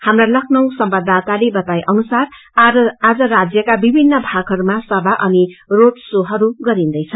हाम्रा लखनऊ संवाददााताले बताए अनुसार आज राज्यका विमिन्न भागहरूमा सभा अनि रोड शोहरू गरिन्दैछ